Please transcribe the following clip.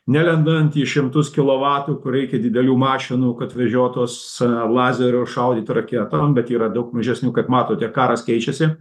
nelendant į šimtus kilovatų kur reikia didelių mašinų kad vežiot tuos lazerius šaudyt raketom bet yra daug mažesnių kaip matote karas keičiasi